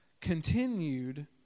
continued